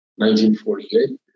1948